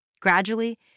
Gradually